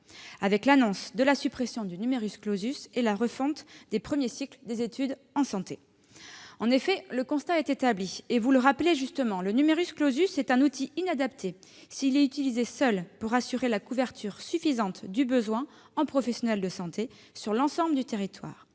avec l'annonce de la suppression du et la refonte des premiers cycles des études en santé. En effet, comme vous le rappelez justement, le constat est établi que le est un outil inadapté s'il est utilisé seul pour assurer la couverture suffisante du besoin en professionnels de santé sur l'ensemble du territoire.